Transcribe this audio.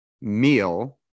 meal